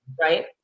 right